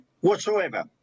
whatsoever